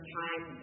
time